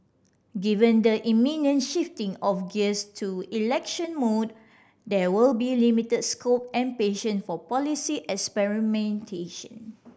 given the imminent shifting of gears to election mode there will be limited scope and patience for policy experimentation